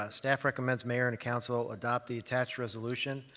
ah staff recommends mayor and council adopt the attached resolution,